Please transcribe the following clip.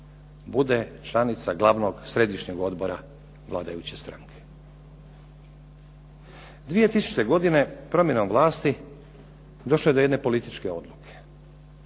bude članica glavnog središnjeg odbora vladajuće stranke. 2000. godine promjenom vlasti došlo je do jedne političke odluke.